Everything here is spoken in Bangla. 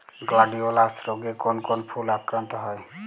গ্লাডিওলাস রোগে কোন কোন ফুল আক্রান্ত হয়?